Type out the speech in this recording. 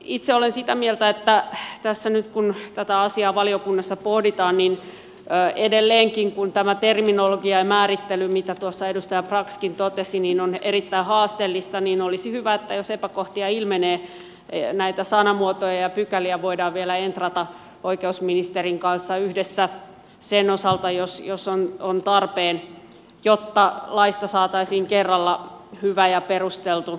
itse olen sitä mieltä että tässä nyt kun tätä asiaa valiokunnassa pohditaan edelleenkin kun tämä terminologia ja määrittely mitä tuossa edustaja braxkin totesi on erittäin haasteellista olisi hyvä että jos epäkohtia ilmenee näitä sanamuotoja ja pykäliä voidaan vielä entrata oikeusministerin kanssa yhdessä sen osalta jos on tarpeen jotta laista saataisiin kerralla hyvä ja perusteltu